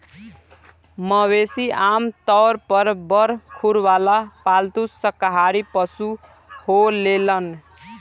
मवेशी आमतौर पर बड़ खुर वाला पालतू शाकाहारी पशु होलेलेन